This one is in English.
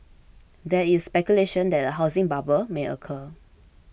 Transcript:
there is speculation that a housing bubble may occur